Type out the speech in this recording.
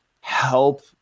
help